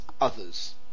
others